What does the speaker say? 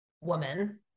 woman